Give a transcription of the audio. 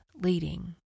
leading